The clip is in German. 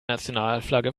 nationalflagge